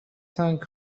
cinq